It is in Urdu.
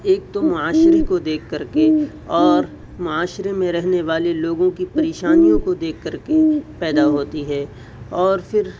ایک تو معاشرے کو دیکھ کر کے اور معاشرے میں رہنے والے لوگوں کی پریشانیوں کو دیکھ کر کے پیدا ہوتی ہے اور پھر